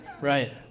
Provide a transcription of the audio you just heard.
Right